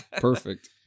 Perfect